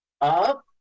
Up